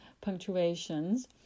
punctuations